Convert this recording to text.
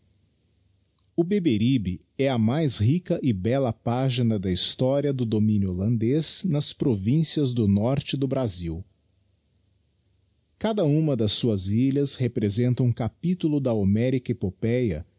o beberibe é a mais rica e bella pagina da historia do dominio houandez nas províncias do norte do brasil cada uma das suas ilhas representa um capitulo da homérica epopéa